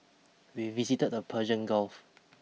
we visited the Persian Gulf